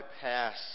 pass